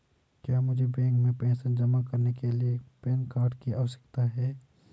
क्या मुझे बैंक में पैसा जमा करने के लिए पैन कार्ड की आवश्यकता है?